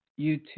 YouTube